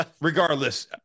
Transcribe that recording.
Regardless